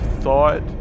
thought